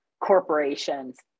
corporations